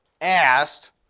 asked